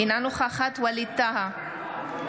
אינה נוכחת ווליד טאהא,